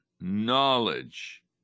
knowledge